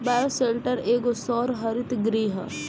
bioshelter एगो सौर हरित गृह ह